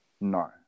no